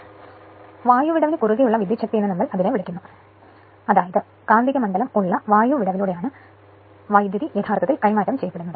അതിനാൽ വായു വിടവിന് കുറുകെയുള്ള വിദ്യുച്ഛക്തി എന്ന് നമ്മൾ വിളിക്കുന്നു അതായത് കാന്തിക മണ്ഡലം ഉള്ള വായു വിടവിലൂടെയാണ് വൈദ്യുതി യഥാർത്ഥത്തിൽ കൈമാറ്റം ചെയ്യപ്പെടുന്നത്